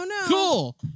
Cool